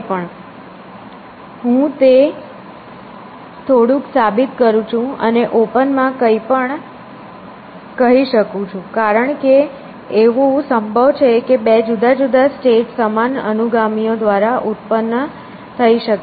અને હું તે થોડુંક સાબિત કરું છું અને ઓપન માં કંઈ પણ કહી શકું છું કારણ કે એવું સંભવ છે કે બે જુદા જુદા સ્ટેટ સમાન અનુગામીઓ દ્વારા ઉત્પન્ન થઈ શકે છે